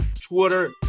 Twitter